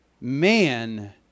man